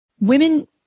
women